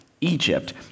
Egypt